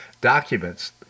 documents